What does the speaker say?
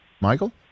Michael